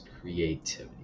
creativity